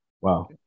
Wow